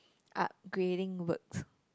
upgrading works